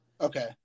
Okay